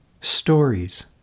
Stories